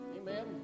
Amen